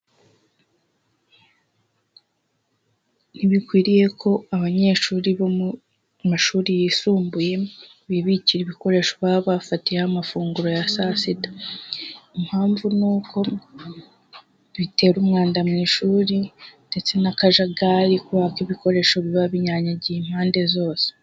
Ntibikwiriye ko abanyeshuri bo mu mashuri yisumbuye bibikira ibikoreshwa ba bafatiye ho amafunguro ya saa sita impamvu ni uko bitera umwanda mu ishuri ndetse n'akajagari kubaka ibikoresho biba binyanyagiye impande zose.